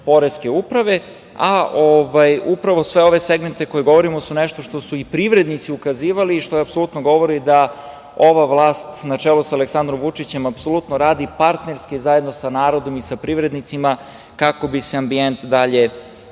Upravo svi ovi segmenti o kojima govorimo su nešto na šta su i privrednici ukazivali i što apsolutno govori da ova vlast, na čelu sa Aleksandrom Vučićem, apsolutno radi partnerski zajedno sa narodom i privrednicima, kako bi se ambijent dalje